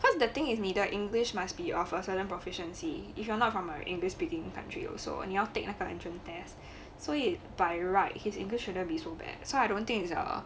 cause that the thing 你的 english must be of a certain proficiency if you are not from a english speaking country also 你要 take 那个 interim test 所以 by right his english wouldnt be so bad so I don't think its a